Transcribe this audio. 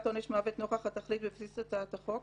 עונש מוות נוכח התכלית לבסיס הצעת החוק.